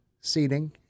seating